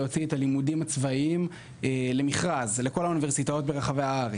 להוציא את הלימודים הצבאיים למכרז לכל האוניברסיטאות ברחבי הארץ.